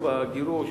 בגירוש,